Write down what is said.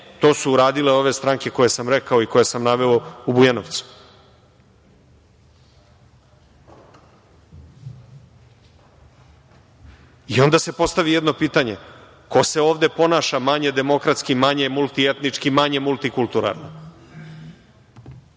to su uradile ove stranke koje sam rekao i koje sam naveo u Bujanovcu. Onda se postavi jedno pitanje – ko se ovde ponaša manje demokratski, manje multietnički, manje multikulturalno? Mislim